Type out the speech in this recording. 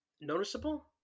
noticeable